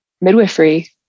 midwifery